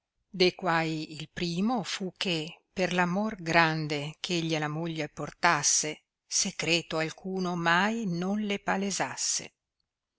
de quai il primo fu che per l'amor grande eh egli alla moglie portasse secreto alcuno mai non le palesasse